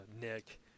nick